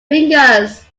fingers